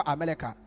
America